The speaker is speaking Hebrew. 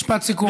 משפט סיכום,